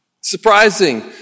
Surprising